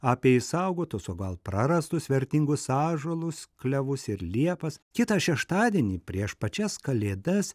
apie išsaugotus o gal prarastus vertingus ąžuolus klevus ir liepas kitą šeštadienį prieš pačias kalėdas